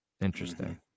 Interesting